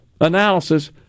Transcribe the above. analysis